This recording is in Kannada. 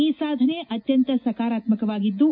ಈ ಸಾಧನೆ ಅತ್ಯಂತ ಸಕಾರಾತ್ತಕವಾಗಿದ್ದು